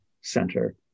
center